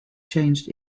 changed